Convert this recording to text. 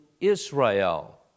Israel